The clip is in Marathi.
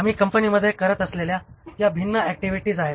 आम्ही कंपनी मध्ये करत असलेल्या या भिन्न ऍक्टिव्हिटीज आहेत